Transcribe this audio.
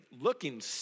looking